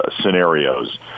scenarios